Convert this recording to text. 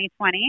2020